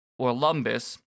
Orlumbus